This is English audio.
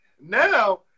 Now